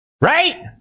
right